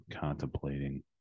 contemplating